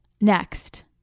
Next